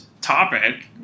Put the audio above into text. topic